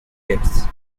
jets